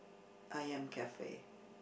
Ayam-Cafe